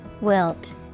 Wilt